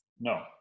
No